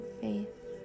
faith